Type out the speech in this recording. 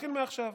מתחיל מעכשיו.